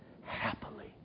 Happily